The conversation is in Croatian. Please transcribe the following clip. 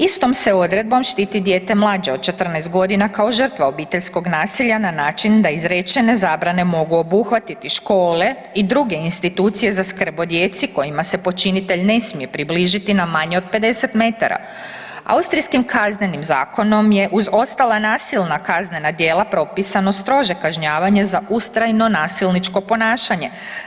Istom se odredbom štiti dijete mlađe od 14 godina kao žrtva obiteljskog nasilja na način da izrečene zabrane mogu obuhvatiti škole i druge institucije za skrb o djeci kojima se počinitelj ne smije približiti na manje od 50 m. Austrijskim kaznenim zakonom je, uz ostala nasilna kaznena djela propisano strože kažnjavanje za ustrajno nasilničko ponašanje.